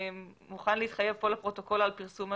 מוכן להתחייב פה לפרוטוקול על פרסום?